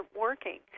working